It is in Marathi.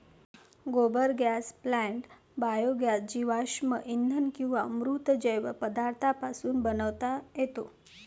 गोबर गॅस प्लांट बायोगॅस जीवाश्म इंधन किंवा मृत जैव पदार्थांपासून बनवता येतो